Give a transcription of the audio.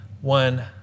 one